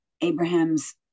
Abraham's